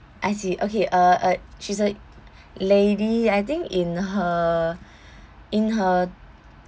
I see okay uh uh she's like lady I think in her in her